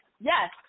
yes